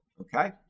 okay